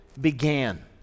began